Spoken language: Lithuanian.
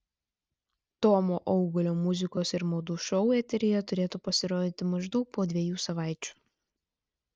tomo augulio muzikos ir madų šou eteryje turėtų pasirodyti maždaug po dviejų savaičių